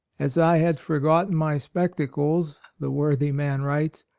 as i had forgotten my spec tacles, the worthy man writes,